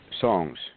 songs